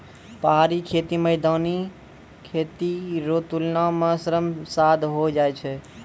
पहाड़ी खेती मैदानी खेती रो तुलना मे श्रम साध होय जाय छै